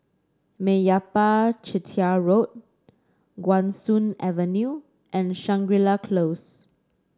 Meyappa Chettiar Road Guan Soon Avenue and Shangri La Close